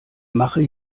mache